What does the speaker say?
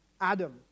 Adam